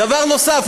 דבר נוסף,